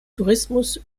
tourismus